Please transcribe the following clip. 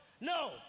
No